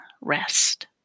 rest